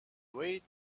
weight